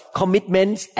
commitments